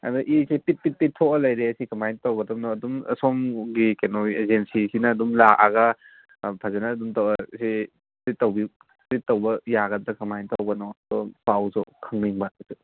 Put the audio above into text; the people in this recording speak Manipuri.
ꯑꯗ ꯏꯁꯦ ꯄꯤꯠ ꯄꯤꯠ ꯄꯤꯠ ꯊꯣꯛꯂ ꯂꯩꯔꯦ ꯑꯁꯤ ꯀꯃꯥꯏꯅ ꯇꯧꯒꯗꯧꯅꯣ ꯑꯗꯨꯝ ꯁꯣꯝꯒꯤ ꯀꯩꯅꯣ ꯑꯦꯖꯦꯟꯁꯤꯁꯤꯅ ꯑꯗꯨꯝ ꯂꯥꯛꯑꯒ ꯐꯖꯅ ꯑꯗꯨꯝ ꯇꯧꯏ ꯁꯤ ꯇ꯭ꯔꯤꯠ ꯇꯧꯕ ꯌꯥꯒꯗ꯭ꯔꯥ ꯀꯃꯥꯏꯅ ꯇꯧꯕꯅꯣ ꯑꯗꯣ ꯄꯥꯎꯗꯣ ꯈꯪꯅꯤꯡꯕ ꯍꯥꯐꯦꯠ